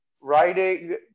writing